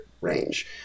range